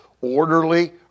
orderly